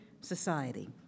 society